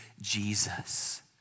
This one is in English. Jesus